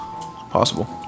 possible